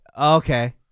Okay